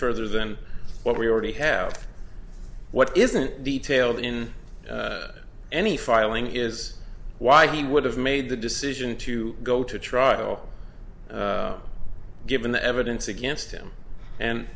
further than what we already have what isn't detailed in any filing is why he would have made the decision to go to trial given the evidence against him and